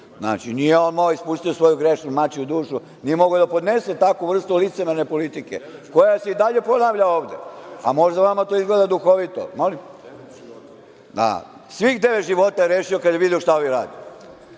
Znači, nije on ispustio svoju grešnu mačju dušu, nije mogao da podnese takvu vrstu licemerne politike koja se i dalje ponavlja ovde, a možda to vama izgleda duhovito. Svih devet života je rešio kada je video šta ovi rade. Dame